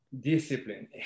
Discipline